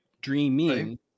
Dreaming